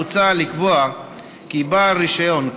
מוצע לקבוע כי בעל רישיון,